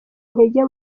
intege